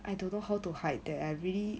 I don't know how to hide that I really